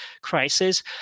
crisis